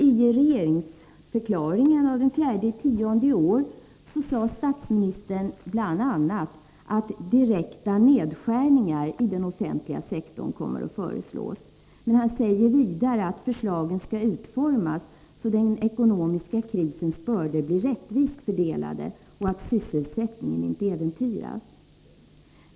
I regeringsförklaringen den 4 oktober i år sade statsministern bl.a. att direkta nedskärningar i den offentliga sektorn kommer att föreslås, men han sade också att förslagen skulle utformas så att den ekonomiska krisens bördor blir rättvist fördelade och att sysselsättningen inte äventyras.